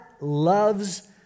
loves